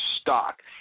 stock